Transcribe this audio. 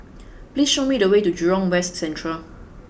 please show me the way to Jurong West Central